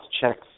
checks